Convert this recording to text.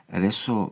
adesso